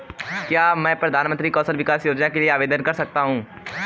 क्या मैं प्रधानमंत्री कौशल विकास योजना के लिए आवेदन कर सकता हूँ?